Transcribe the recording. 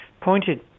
pointed